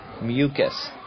mucus